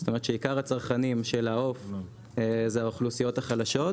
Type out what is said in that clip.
זאת אומרת שעיקר הצרכנים של העוף זה האוכלוסיות החלשות.